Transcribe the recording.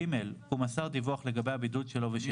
(ג)הוא מסר דיווח לגבי הבידוד שלו ושל